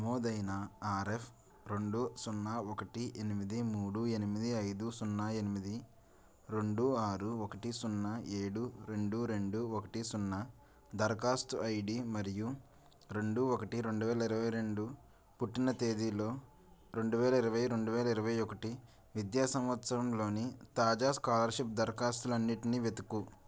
నమోదైన ఆర్ఎఫ్ రెండు సున్నా ఒకటి ఎనిమిది మూడు ఎనిమిది ఐదు సున్నా ఎనిమిది రెండు ఆరు ఒకటి సున్నా ఏడు రెండు రెండు ఒకటి సున్నా దరఖాస్తు ఐడి మరియు రెండు ఒకటి రెండు వేల ఇరవై రెండు పుట్టిన తేదీలో రెండు వేల ఇరవై రెండు వేల ఇరవై ఒకటి విద్యా సంవత్సరంలోని తాజా స్కాలర్షిప్ దరఖాస్తులన్నిటిని వెతుకు